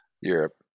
Europe